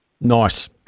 Nice